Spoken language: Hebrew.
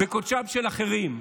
בקודשם של אחרים.